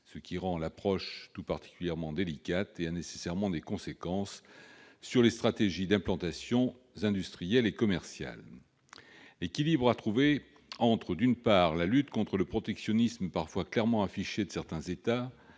ce qui rend l'approche tout particulièrement délicate et a nécessairement des conséquences sur les stratégies d'implantations industrielles et commerciales. L'équilibre à trouver entre, d'une part, la lutte contre le protectionnisme parfois clairement affiché de certains États,